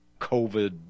COVID